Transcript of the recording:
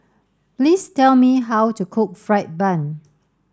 please tell me how to cook fried bun